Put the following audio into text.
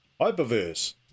hyperverse